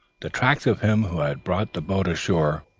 the tracks of him who had brought the boat ashore.